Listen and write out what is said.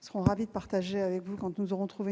serons ravis de partager avec vous, quand nous aurons trouvé une solution,